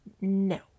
No